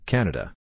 Canada